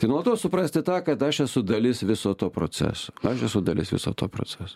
tai nuo to suprasti tą kad aš esu dalis viso to proceso aš esu dalis viso to proceso